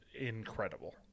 incredible